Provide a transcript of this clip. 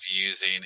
using